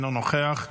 אינו נוכח.